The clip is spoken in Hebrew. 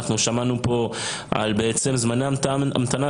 אנחנו שמענו פה על בעצם זמני המתנה,